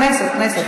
כנסת.